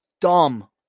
dumb